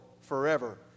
forever